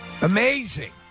Amazing